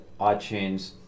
iTunes